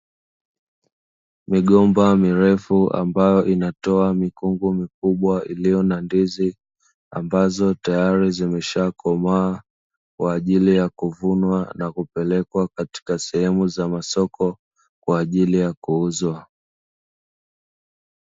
Migomba mirefu ambayo inatoa mikungu mikubwa iliyo na ndizi, ambazo tayari zimeshakomaa kwa ajili ya kuvunwa na kupelekwa katika sehemu za soko, kwa ajili ya kuuzwa.